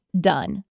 Done